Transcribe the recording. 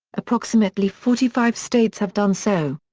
approximately forty five states have done so.